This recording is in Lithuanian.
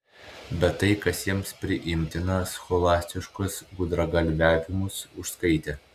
bet tai kas jiems priimtina scholastiškus gudragalviavimus užskaitė